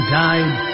died